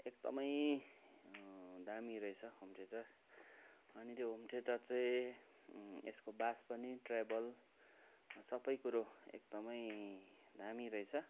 एकदमै दामी रहेछ होम थिएटर अनि त्यो होम थिएटर चाहिँ यसको बास पनि ट्रेबल सबै कुरो एकदमै दामी रहेछ